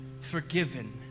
forgiven